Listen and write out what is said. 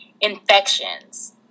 infections